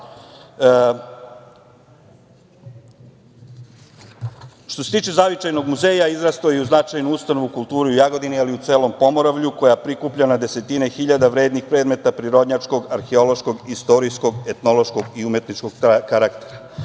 se tiče Zavičajnog muzeja, izrastao je u značajnu ustanovu kulture u Jagodini, ali i u celom Pomoravlju, koja prikuplja na desetine hiljada vrednih predmeta prirodnjačkog, arheološkog, istorijskog, etnološkog i umetničkog karaktera.